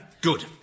Good